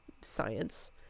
science